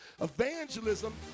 Evangelism